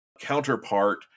counterpart